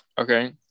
Okay